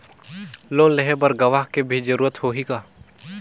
Loan लेहे बर गवाह के भी जरूरत होही का?